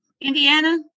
Indiana